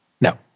No